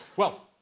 well,